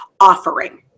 offering